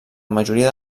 majoria